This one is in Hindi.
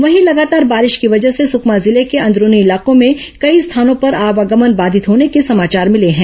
वहीं लगातार बारिश की वजह से सुकमा जिले के अंदरूनी इलाकों में कई स्थानों पर आवागमन बाधित होने के समाचार मिले हैं